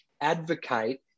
advocate